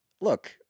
look